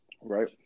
Right